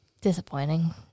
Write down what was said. disappointing